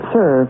sir